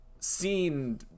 seen